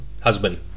husband